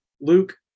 Luke